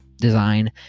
Design